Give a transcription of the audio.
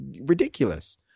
ridiculous